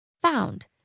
found